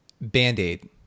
Band-Aid